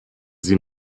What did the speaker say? sie